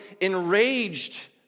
enraged